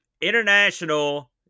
International